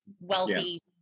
wealthy